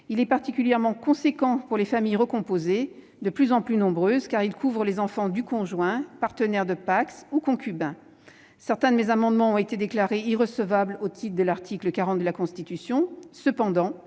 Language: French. de ces derniers. Il est conséquent pour les familles recomposées, de plus en plus nombreuses, car il couvre les enfants du conjoint, du partenaire de PACS ou du concubin. Certains de mes amendements ont été déclarés irrecevables au titre de l'article 40 de la Constitution. Toutefois,